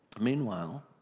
Meanwhile